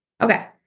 Okay